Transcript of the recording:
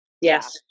Yes